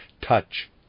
touch